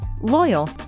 loyal